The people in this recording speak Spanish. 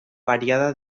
variada